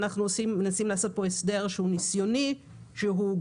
אנחנו מנסים לעשות פה הסדר שהוא ניסיוני וגמיש,